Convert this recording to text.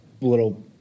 little